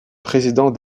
président